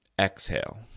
Exhale